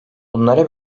bunlara